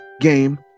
game